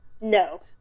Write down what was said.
no